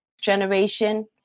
generation